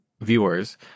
viewers